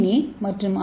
ஏ மற்றும் ஆர்